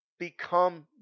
Become